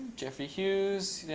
jeffrey hughes, yes.